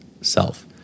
self